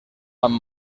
amb